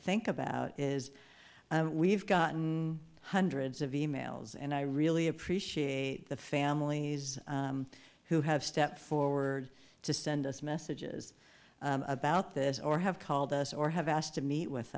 think about is we've gotten hundreds of e mails and i really appreciate the families who have stepped forward to send us messages about this or have called us or have asked to meet with